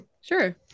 Sure